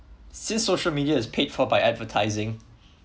since social media is paid for by advertising